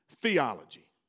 theology